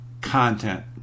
content